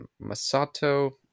Masato